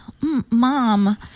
mom